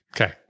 Okay